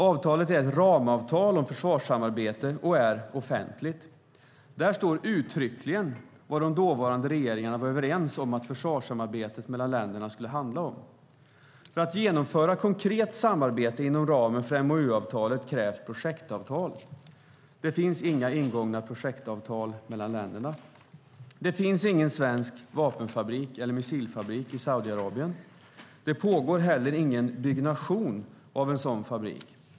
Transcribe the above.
Avtalet är ett ramavtal om försvarssamarbete, och det är offentligt. Där står uttryckligen vad de dåvarande regeringarna var överens om att försvarssamarbetet mellan länderna skulle handla om. För att genomföra konkret samarbete inom ramen för MoU-avtalet krävs projektavtal. Det finns inga ingångna projektavtal mellan länderna. Det finns ingen svensk vapenfabrik eller missilfabrik i Saudiarabien. Det pågår inte heller någon byggnation av en sådan fabrik.